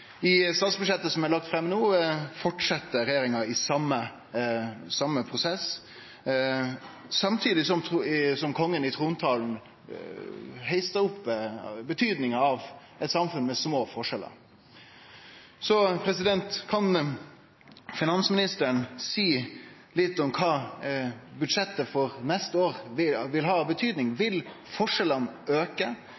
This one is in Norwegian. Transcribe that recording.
I statsbudsjettet som er lagt fram no, fortset regjeringa denne prosessen, samtidig som kongen i trontalen heiste opp betydinga av eit samfunn med små forskjellar. Kan finansministeren seie litt om kva budsjettet for neste år vil bety? Vil